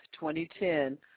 2010